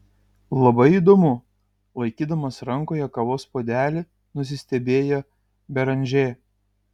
labai įdomu laikydamas rankoje kavos puodelį nusistebėjo beranžė